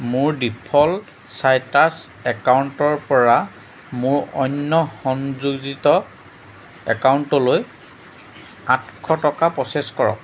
মোৰ default Citrus একাউণ্টৰ পৰা মোৰ অন্য সংযোজিত একাউণ্টলৈ আঠশ টকা প্ৰ'চেছ কৰক